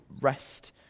rest